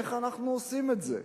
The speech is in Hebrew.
איך אנחנו עושים את זה?